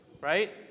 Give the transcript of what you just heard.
right